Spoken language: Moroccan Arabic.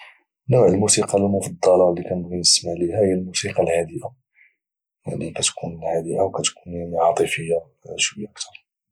نوع الموسيقى المفضله اللي كانبغي نسمع لها هي ما هي الموسيقى الهادئه يعني كاتكون هادئه وكتكون عاطفيه يعني شويه اكثر